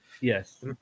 Yes